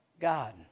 God